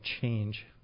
change